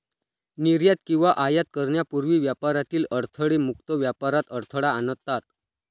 निर्यात किंवा आयात करण्यापूर्वी व्यापारातील अडथळे मुक्त व्यापारात अडथळा आणतात